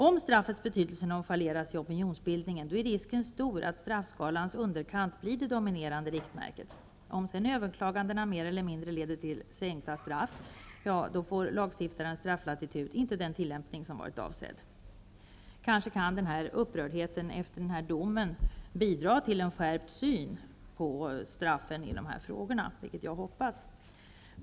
Om straffets betydelse nonchaleras i opinionsbildningen är risken stor att straffskalans underkant blir det dominerande riktmärket. Om sedan överklagandena mer eller mindre leder till sänkta straff får lagstiftarens strafflatitud inte den tillämpning som varit avsedd. Kanske kan upprördheten efter denna dom bidra till en skärpt syn på straffen i dessa fall. Jag hoppas det.